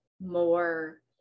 more